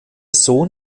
sohn